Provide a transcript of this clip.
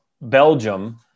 Belgium